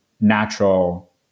natural